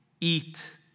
eat